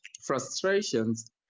frustrations